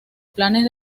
planes